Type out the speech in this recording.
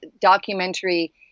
Documentary